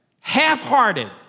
half-hearted